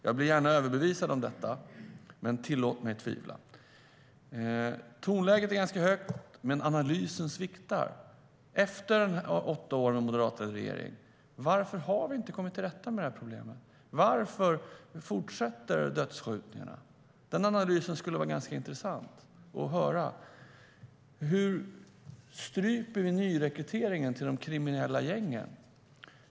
Jag blir gärna överbevisad om detta, men tillåt mig tvivla. Hur stryper vi nyrekryteringen till de kriminella gängen?